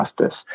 justice